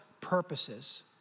purposes